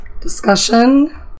discussion